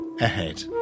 ahead